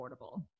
affordable